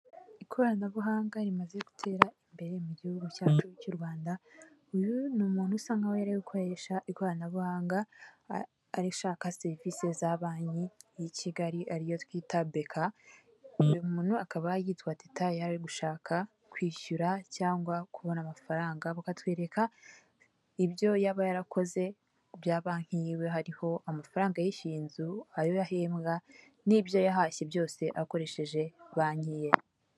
Ikoranabuhanga rimaze gutera imbere mu gihugu cyacu cy'u Rwanda, uyu ni umuntu usa nkaho yari ari gukoresha ikoranabuhanga ari gushaka serivisi za banki ya kigali ariyo twita Beka, uyu muntu akaba yitwa Teta yari ari gushaka kwishyura cyangwa kubona amafaranga bakatwereka ibyo yaba yarakoze bya banki yiwe hariho amafaranga yishyuye inzu ayo ahembwa n'ibyo yahashye byose akoresheje banki ye